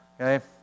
okay